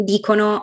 Dicono